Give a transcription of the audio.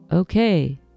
Okay